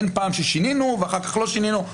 אין פעם ששינינו ואחר כך לא שינינו.